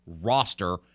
roster